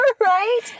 right